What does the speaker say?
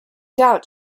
doubt